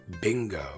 Bingo